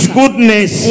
goodness